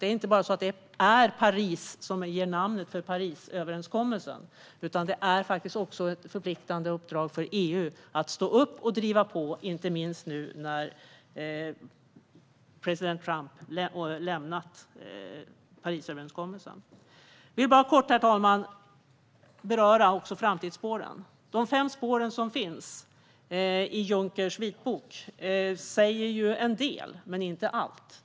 Det är inte bara så att det är Paris som gett namnet till Parisöverenskommelsen, utan det är ett förpliktande uppdrag för EU att stå upp och driva på, inte minst nu när president Trump lämnat Parisöverenskommelsen. Vi bör kort, herr talman, även beröra framtidsspåren. De fem spår som finns i Junckers vitbok säger en del, men inte allt.